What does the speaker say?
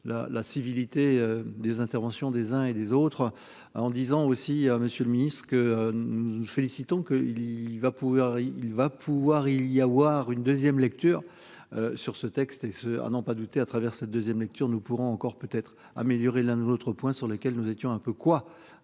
la civilité des interventions des uns et des autres. Ah en disant aussi, Monsieur le Ministre que. Félicitant que il va pouvoir il va pouvoir il y avoir une deuxième lecture. Sur ce texte et ce à n'en pas douter à travers cette 2ème lecture nous pourrons encore peut être amélioré l'un ou l'autre point sur lequel nous étions un peu quoi.